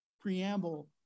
preamble